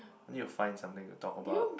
I need to find something to talk about